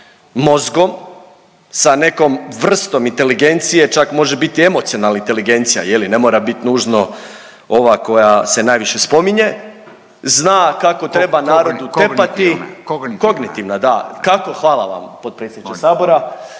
mozgom, sa nekom vrstom inteligencije, čak može biti emocionalna inteligencija je li, ne mora bit nužno ova koja se najviše spominje, zna kako treba narodu tepati, kognitivna da, kako. Hvala vam potpredsjedniče sabora.